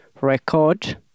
record